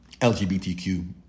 LGBTQ